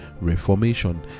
reformation